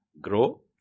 Grow